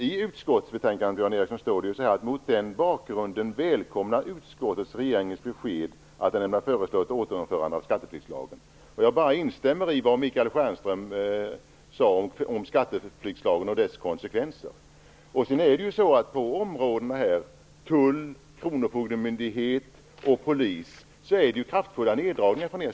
I utskottsbetänkandet anförs att utskottet välkomnar regeringens besked att den ämnar föreslå ett återinförande av skatteflyktslagen. Jag vill bara instämma i det som Michael Stjernström sade om skatteflyktslagens konsekvenser. På områdena tull, kronofogdemyndighet och polis gör ni ju kraftfulla neddragningar.